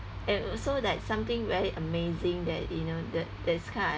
and also like something very amazing that you know the this kind of